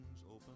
open